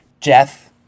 Jeff